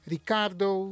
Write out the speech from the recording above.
Ricardo